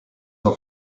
are